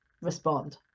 respond